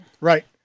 Right